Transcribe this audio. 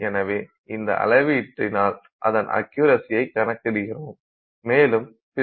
எனவே இந்த அளவிட்டினால் அதன் அக்யுரசியை கணக்கிடுகிறோம்